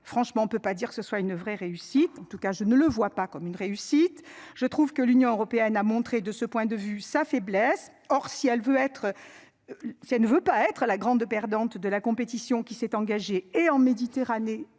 franchement on ne peut pas dire que ce soit une vraie réussite. En tout cas je ne le vois pas comme une réussite. Je trouve que l'Union européenne a montré de ce point de vue sa faiblesse. Or, si elle veut être. Si elle ne veut pas être la grande perdante de la compétition qui s'est engagée et en Méditerranée